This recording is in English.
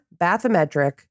bathymetric